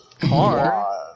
car